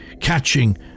catching